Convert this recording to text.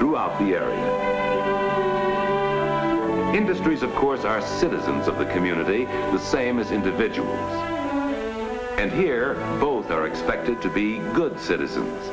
throughout the industries of course are citizens of the community the same as individuals and here both are expected to be good citizens